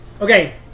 okay